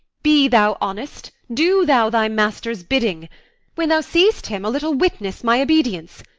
be thou honest do thou thy master's bidding when thou seest him, a little witness my obedience.